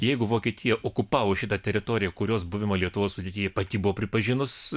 jeigu vokietija okupavo šitą teritoriją kurios buvimą lietuvos sudėtyje pati buvo pripažinus